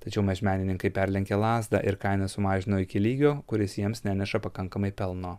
tačiau mažmenininkai perlenkė lazdą ir kainas sumažino iki lygio kuris jiems neneša pakankamai pelno